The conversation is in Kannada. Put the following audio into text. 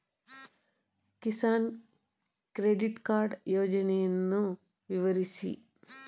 ಕಿಸಾನ್ ಕ್ರೆಡಿಟ್ ಕಾರ್ಡ್ ಯೋಜನೆಯನ್ನು ವಿವರಿಸಿ?